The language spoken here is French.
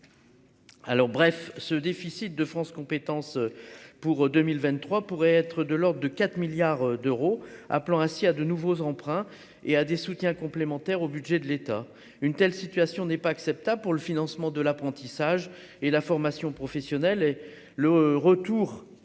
alors bref ce déficit de France compétences pour 2023 pourraient être de l'ordre de 4 milliards d'euros, appelant ainsi à de nouveaux emprunts et à des soutiens complémentaire au budget de l'État, une telle situation n'est pas acceptable pour le financement de l'apprentissage et la formation professionnelle et le retour